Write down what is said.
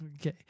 okay